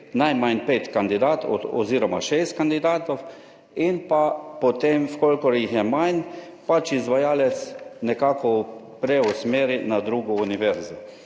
najmanj 5 kandidatov oziroma 6 kandidatov in pa potem, v kolikor jih je manj, izvajalec nekako preusmeri na drugo univerzo.